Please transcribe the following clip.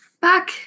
back